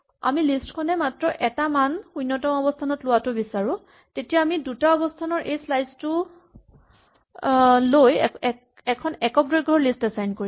আমি যদি লিষ্ট খনে মাত্ৰ এটা মান শূণ্যতম অৱস্হানত লোৱাটো বিচাৰো তেতিয়া আমি দুটা অৱস্হানৰ এই স্লাইচ টো লৈ এখন এক দৈৰ্ঘৰ লিষ্ট এচাইন কৰিম